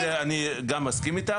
ואני גם מסכים איתך.